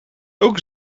ook